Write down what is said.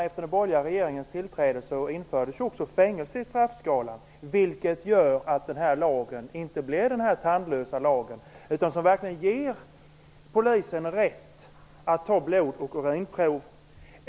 Efter den borgerliga regeringens tillträde infördes också fängelse i straffskalan, vilket gör att denna lag inte blev en tandlös lag utan verkligen ger polisen rätt att ta blod och urinprov.